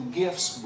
gifts